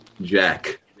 Jack